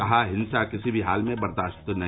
कहा हिंसा किसी भी हाल में बर्दाश्त नहीं